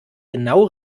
genau